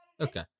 okay